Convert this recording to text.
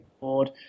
board